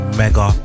mega